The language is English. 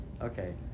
Okay